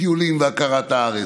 טיולים והכרת הארץ,